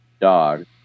dog